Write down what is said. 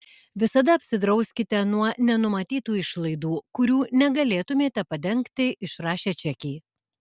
visada apsidrauskite nuo nenumatytų išlaidų kurių negalėtumėte padengti išrašę čekį